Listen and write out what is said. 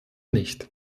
nicht